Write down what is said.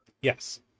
yes